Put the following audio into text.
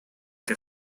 que